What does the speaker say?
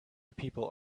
people